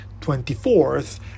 24th